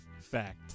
Fact